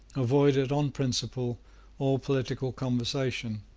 avoided on principle all political conversation.